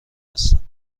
هستند